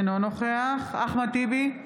אינו נוכח אחמד טיבי,